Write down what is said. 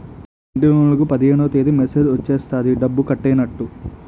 ఇంటిలోన్లకు పదిహేనవ తేదీ మెసేజ్ వచ్చేస్తది డబ్బు కట్టైనట్టు